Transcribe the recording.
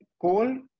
coal